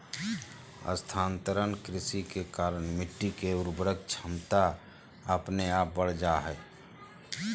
स्थानांतरण कृषि के कारण मिट्टी के उर्वरक क्षमता अपने आप बढ़ जा हय